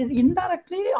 indirectly